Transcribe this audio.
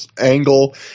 angle